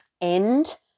end